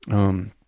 um,